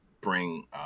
bring